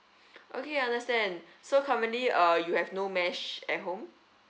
okay understand so currently uh you have no mesh at home